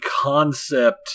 concept